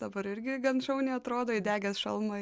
dabar irgi gan šauniai atrodo įdegęs šalmą